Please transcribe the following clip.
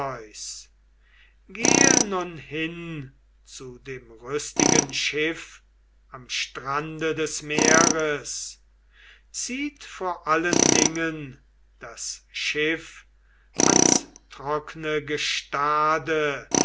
gehe nun hin zu dem rüstigen schiff am strande des meeres zieht vor allen dingen das schiff ans trockne gestade